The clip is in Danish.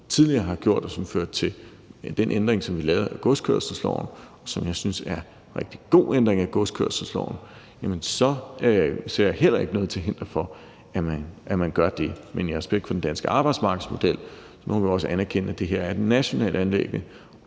man tidligere har gjort, og som førte til den ændring, som vi lavede af godskørselsloven, og som jeg synes er en rigtig god ændring af godskørselsloven, så ser jeg heller ikke noget til hinder for, at man gør det. Men i respekt for den danske arbejdsmarkedsmodel må vi også anerkende, at det her er et nationalt anliggende,